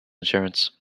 insurance